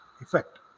Effect